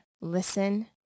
listen